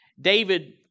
David